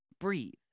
Breathe